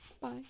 Bye